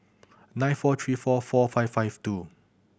nine four three four four five five two